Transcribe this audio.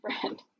friend